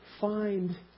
find